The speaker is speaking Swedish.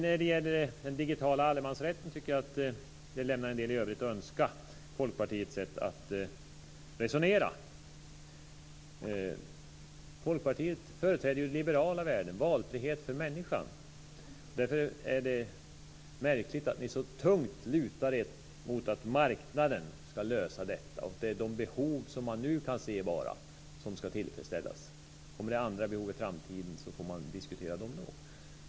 När det gäller den digitala allemansrätten tycker jag att Folkpartiets sätt att resonera lämnar en del i övrigt att önska. Folkpartiet företräder ju liberala värden, valfrihet för människan. Därför är det märkligt att ni i Folkpartiet så tungt lutar er mot att marknaden ska lösa detta och att det bara är de behov som man nu kan se som ska tillfredsställas. Om det uppstår andra behov i framtiden så får man diskutera dem då.